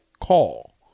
call